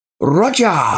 Roger